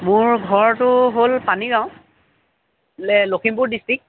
মোৰ ঘৰটো হ'ল পানীগাঁও লে লখিমপুৰ ডিষ্ট্ৰিক্ট